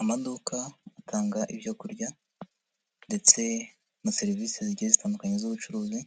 Amaduka atanga ibyo kurya ndetse na serivisi zigiye zitandukanye z'ubucuruzi,